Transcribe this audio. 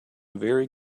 very